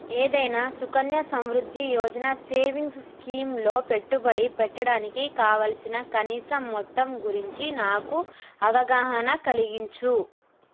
ఏదైనా సుకన్య సమృద్ధి యోజన సేవింగ్స్ స్కీమ్లో పెట్టుబడి పెట్టడానికి కావలసిన కనీసం మొత్తం గురించి నాకు అవగాహన కలిగించు